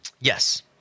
Yes